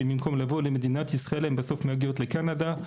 ובמקום לבוא למדינת ישראל הן בסוף מגיעות לקנדה.